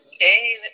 Hey